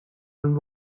one